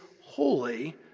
holy